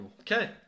Okay